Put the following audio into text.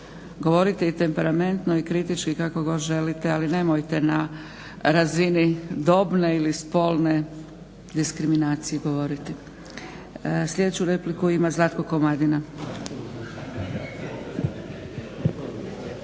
Govorite i temperamentno i kritički kako god želite ali nemojte na razini dobne ili spolne diskriminacije govoriti. Sljedeću repliku ima Zlatko Komadina.